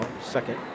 second